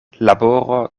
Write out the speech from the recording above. laboro